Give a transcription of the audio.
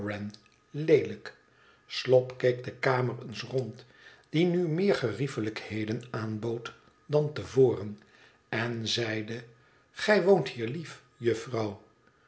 leelijk slop keek de kamer eens rond die nu meer geriefelijkheden aanbood dan te voren en zeide gij woont hier lief